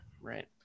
right